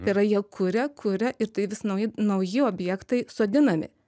tai yra jie kuria kuria ir tai vis nauji nauji objektai sodinami